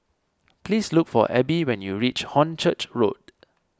please look for Abe when you reach Hornchurch Road